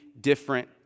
different